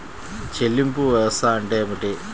చెల్లింపు వ్యవస్థ అంటే ఏమిటి?